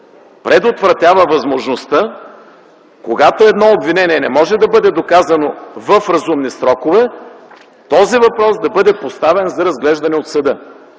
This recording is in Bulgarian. предотвратява възможността, когато едно обвинение не може да бъде доказано в разумни срокове, този въпрос да бъде поставен за разглеждане от съда,